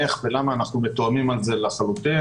איך ולמה אנחנו מתואמים על זה לחלוטין.